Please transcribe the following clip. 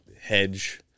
hedge